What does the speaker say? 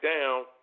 down